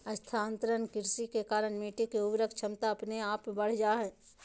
स्थानांतरण कृषि के कारण मिट्टी के उर्वरक क्षमता अपने आप बढ़ जा हय